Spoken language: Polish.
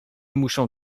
muszą